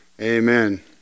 Amen